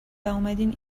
واومدین